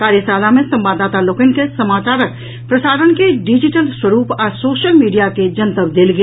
कार्यशाला मे संवाददाता लोकनि के समाचारक प्रसारण के डिजिटल स्वरूप आ सोशल मीडिया के जनतब देल गेल